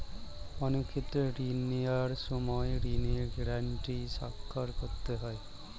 অনেক ক্ষেত্রে ঋণ নেওয়ার সময় ঋণের গ্যারান্টি স্বাক্ষর করতে হয়